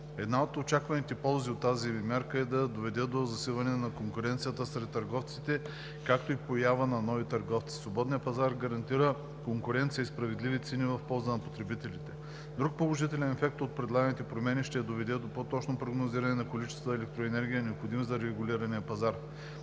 Една от очакваните ползи от тази мярка е да доведе до засилване на конкуренцията сред търговците, както и поява на нови търговци. Свободният пазар гарантира конкуренция и справедливи цени в полза на потребителите. Друг положителен ефект от предлаганите промени ще доведе до по-точно прогнозиране на количествата електроенергия, необходимо за регулирания пазар.